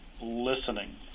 listening